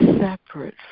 separate